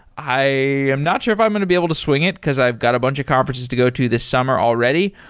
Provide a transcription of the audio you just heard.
i am not sure if i'm going to be able to swing it, because i've got a bunch of conferences to go to this summer already,